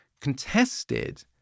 contested